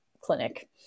clinic